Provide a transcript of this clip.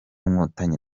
nkotanyi